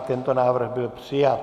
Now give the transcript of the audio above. I tento návrh byl přijat.